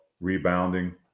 rebounding